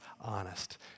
honest